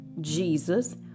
Jesus